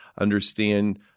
understand